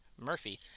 Murphy